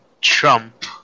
Trump